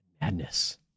Madness